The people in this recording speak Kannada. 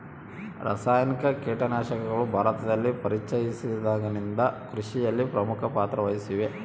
ರಾಸಾಯನಿಕ ಕೇಟನಾಶಕಗಳು ಭಾರತದಲ್ಲಿ ಪರಿಚಯಿಸಿದಾಗಿನಿಂದ ಕೃಷಿಯಲ್ಲಿ ಪ್ರಮುಖ ಪಾತ್ರ ವಹಿಸಿವೆ